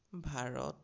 Bharat